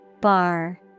Bar